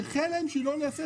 שחלם שהיא לא נעשית.